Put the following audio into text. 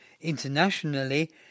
internationally